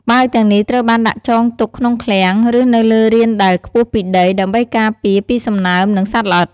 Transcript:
បាវទាំងនេះត្រូវបានដាក់ចង់ទុកក្នុងឃ្លាំង ឬនៅលើរានដែលខ្ពស់ពីដី ដើម្បីការពារពីសំណើម និងសត្វល្អិត។